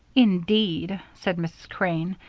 indeed, said mrs. crane.